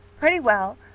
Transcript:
pretty well.